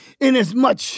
inasmuch